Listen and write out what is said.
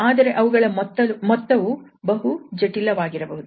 ಆದರೆ ಅವುಗಳ ಮೊತ್ತವು ಬಹು ಜಟಿಲವಾಗಿರಬಹುದು